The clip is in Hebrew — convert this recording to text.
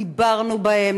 דיברנו בהם,